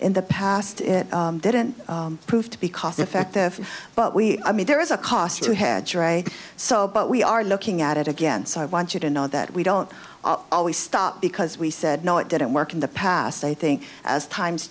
in the past it didn't prove to be cost effective but we i mean there is a cost to had so but we are looking at it again so i want you to know that we don't always stop because we said no it didn't work in the past i think as times